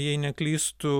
jei neklystu